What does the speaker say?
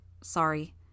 Sorry